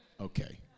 Okay